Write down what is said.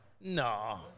No